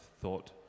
thought